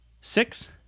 six